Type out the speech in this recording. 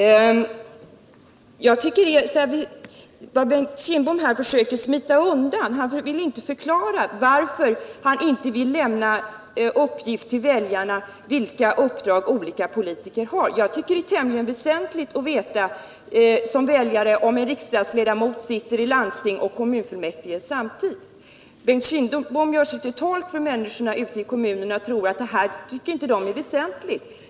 Bengt Kindbom försöker smita undan och vill inte förklara varför han inte vill lämna uppgift till väljarna om vilka uppdrag olika politiker har. Jag tycker det är tämligen väsentligt att som väljare få veta om en riksdagsledamot sitter i landsting och kommunfullmäktige samtidigt. Bengt Kindbom gör sig till tolk för människor ute i kommunerna och tror att de inte tycker att detta är väsentligt.